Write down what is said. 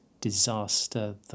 disaster